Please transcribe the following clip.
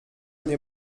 nie